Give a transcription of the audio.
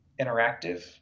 interactive